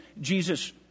Jesus